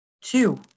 Two